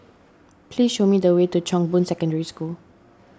please show me the way to Chong Boon Secondary School